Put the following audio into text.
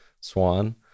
swan